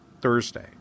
Thursday